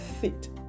fit